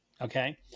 okay